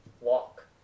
walk